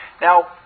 Now